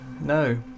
No